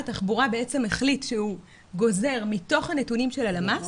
התחבורה שהוא גוזר מתוך הנתונים של הלמ"ס